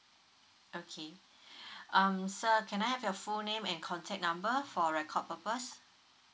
okay um sir can I have your full name and contact number for record purpose